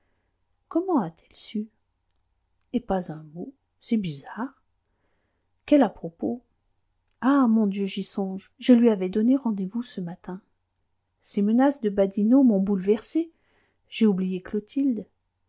comment a-t-elle su et pas un mot c'est bizarre quel à-propos ah mon dieu j'y songe je lui avais donné rendez-vous ce matin ces menaces de badinot m'ont bouleversé j'ai oublié clotilde